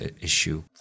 issue